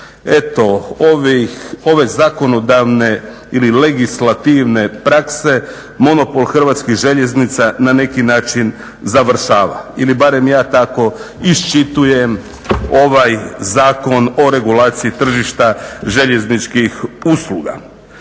ove zakonodavne ili legislativne prakse monopol Hrvatskih željeznica na neki način završava ili barem ja tako iščitavam ovaj Zakon o regulaciji tržišta željezničkih usluga.